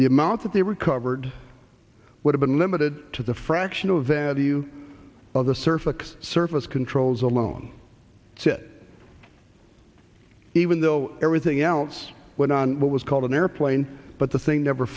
the amount that they recovered would have been limited to the fraction of that to you of the surface surface controls alone to it even though everything else went on what was called an airplane but the thing never